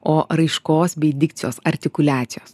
o raiškos bei dikcijos artikuliacijos